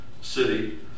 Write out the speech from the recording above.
city